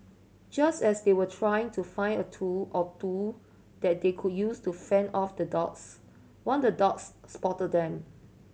just as they were trying to find a tool or two that they could use to fend off the dogs one the dogs spot them